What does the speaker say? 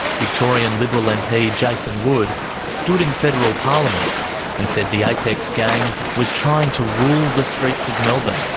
victorian liberal mp jason wood stood in federal parliament and said the apex gang was trying to rule the streets of melbourne.